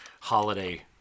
holiday